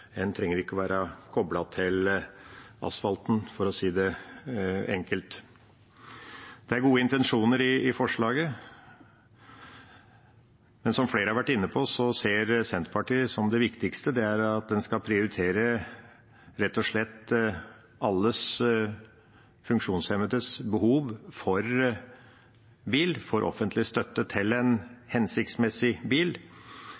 til asfalten, for å si det enkelt. Det er gode intensjoner i forslaget, men som flere har vært inne på, ser Senterpartiet det som viktig at man rett og slett skal prioritere alle funksjonshemmedes behov for bil, for offentlig støtte til en hensiktsmessig bil.